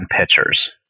pitchers